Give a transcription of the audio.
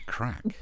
crack